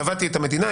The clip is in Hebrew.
תבעתי את המדינה,